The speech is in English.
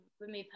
remove